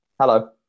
hello